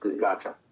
Gotcha